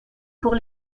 pour